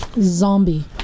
Zombie